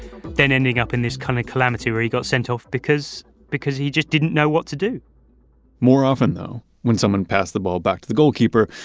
then ending up in this kind of calamity where he got sent off because because he just didn't know what to do more often though, when someone passed the ball back to the goalkeeper,